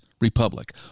republic